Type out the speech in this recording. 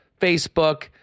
Facebook